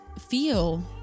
feel